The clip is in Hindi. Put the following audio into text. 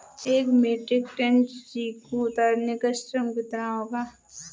एक मीट्रिक टन चीकू उतारने का श्रम शुल्क कितना होगा?